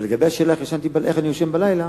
ולגבי השאלה איך אני ישן בלילה,